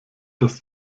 das